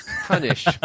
punish